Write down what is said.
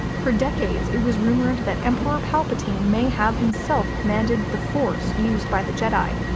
for decades it was rumored that emperor palpatine may have himself commanded the force used by the jedi,